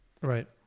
Right